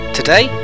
Today